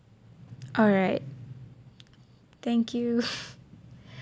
alright thank you